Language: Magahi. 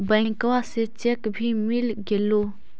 बैंकवा से चेक भी मिलगेलो?